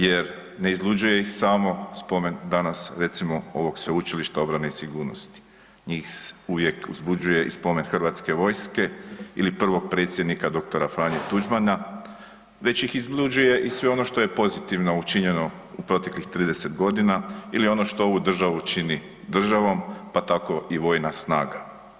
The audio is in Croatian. Jer ne izluđuje iz samo spomen danas recimo ovog Sveučilišta obrane i sigurnosti, njih uvijek uzbuđuje i spomen Hrvatske vojske ili prvog predsjednika dr. Franje Tuđmana već ih izluđuje i sve ono što je pozitivno učinjeno u proteklih 30 godina ili ono što ovu državu čini državom, pa tako i vojna snaga.